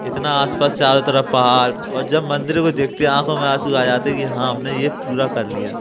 इतना आसपास चारो तरफ पहाड़ और जब मंदिर को देखते हैं आंखों में आंसू आ जाते हैं कि हाँ हमने ये पूरा कर लिया